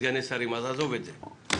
לסגני שרים, אז עזוב את זה.